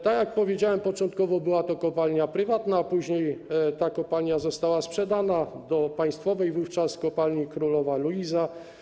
Tak jak powiedziałem, początkowo była to kopalnia prywatna, a później ta kopalnia została sprzedana państwowej wówczas kopalni Królowa Luiza.